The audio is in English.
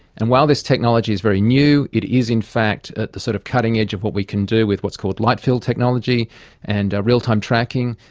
and while this technology is very new, it is in fact at the sort of cutting edge of what we can do with what's called light field technology and real-time tracking.